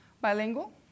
bilingual